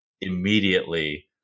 immediately